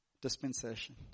dispensation